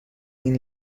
این